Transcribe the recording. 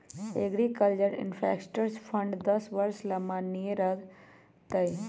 agriculture infrastructure fund दस वर्ष ला माननीय रह तय